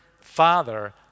Father